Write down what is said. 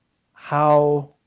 how